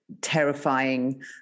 terrifying